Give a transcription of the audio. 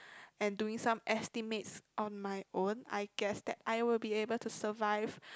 and doing some estimates on my own I guess that I would be able to survive